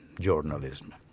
journalism